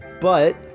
But-